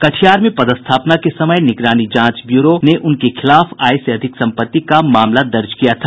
कटिहार में पदस्थापना के समय निगरानी जांच ब्यूरो उनके खिलाफ आय से अधिक संपत्ति का मामला दर्ज किया था